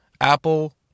apple